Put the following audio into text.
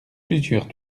plusieurs